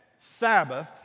Sabbath